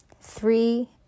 Three